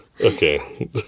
Okay